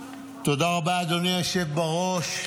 תודה רבה, אדוני היושב בראש.